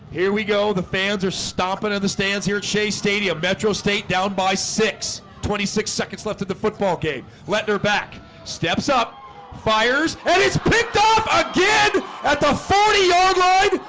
here we go the fans are stomping on the stands here at shea stadium metro state down by six twenty six seconds left at the football game letting her back steps up fires and it's picked up again at the forty yard line